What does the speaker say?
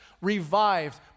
revived